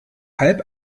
halb